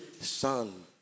son